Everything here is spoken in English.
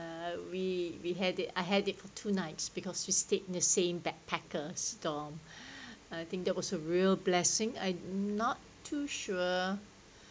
uh we we had it I had it for two nights because we stayed in the same backpackers dorm I think that was a real blessing I'm not too sure